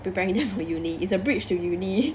preparing them for uni is a bridge to uni